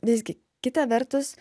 visgi kita vertus